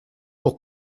pour